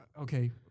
okay